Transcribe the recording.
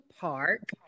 Park